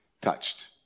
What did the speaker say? touched